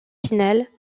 finales